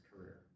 career